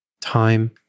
time